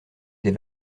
des